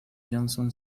johnson